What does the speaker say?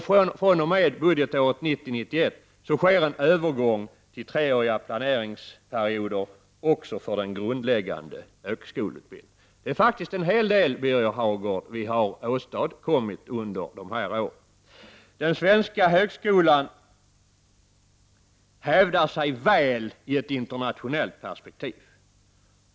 fr.o.m. budgetåret 1990/91 sker en övergång till treåriga planeringsperioder också för den grundläggande högskoleutbildningen. Det är faktiskt en hel del som vi har åstadkommit under de här åren, Birger Hagård. Den svenska högskolan hävdar sig väl i ett internationellt perspektiv.